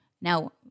now